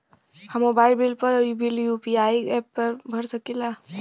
हम mobile bill और bill UPI app से भर सकिला